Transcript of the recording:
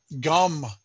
gum